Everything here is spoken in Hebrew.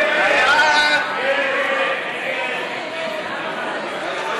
ההסתייגויות (12) ולחלופין א'